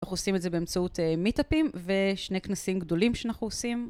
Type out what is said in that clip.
אנחנו עושים את זה באמצעות מיט-אפים ושני כנסים גדולים שאנחנו עושים.